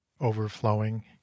overflowing